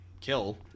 kill